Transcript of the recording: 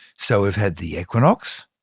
so we've had the equinox,